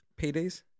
paydays